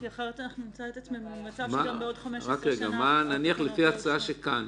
כי אחרת נמצא את עצמנו במצב שגם בעוד 15 שנה --- לפי ההצעה כאן,